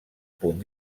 punt